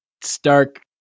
Stark